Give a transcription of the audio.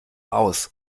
aus